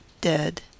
DEAD